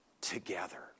together